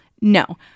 No